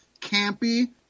campy